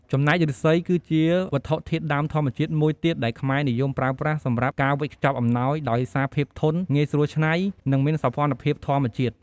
ចំណែកឫស្សីគឺជាវត្ថុធាតុដើមធម្មជាតិមួយទៀតដែលខ្មែរនិយមប្រើប្រាស់សម្រាប់ការវេចខ្ចប់អំណោយ ដោយសារភាពធន់ ងាយស្រួលច្នៃ និងមានសោភ័ណភាពធម្មជាតិ។